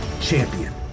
champion